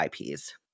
IPs